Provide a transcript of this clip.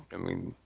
i mean,